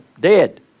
dead